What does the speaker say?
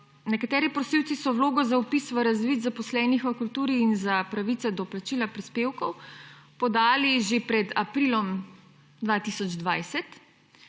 nekateri prosilci so vlogo za vpis v razvid zaposlenih v kulturi in za pravice do plačila prispevkov podali že pred aprilom 2020,